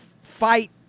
Fight